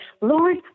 Lord